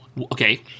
Okay